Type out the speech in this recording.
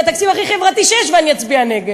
זה התקציב הכי חברתי שיש, ואני אצביע נגד.